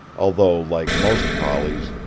although, like most collies,